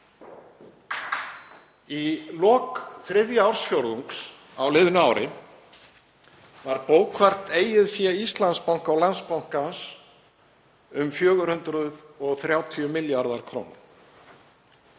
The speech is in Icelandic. Í lok þriðja ársfjórðungs á liðnu ári var bókfært eigið fé Íslandsbanka og Landsbankans um 430 milljarðar kr.